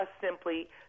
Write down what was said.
simply